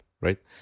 right